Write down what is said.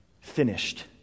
finished